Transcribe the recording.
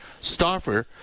Stoffer